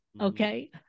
okay